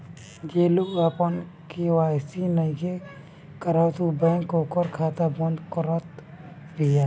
जे लोग आपन के.वाई.सी नइखे करावत बैंक ओकर खाता बंद करत बिया